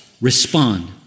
respond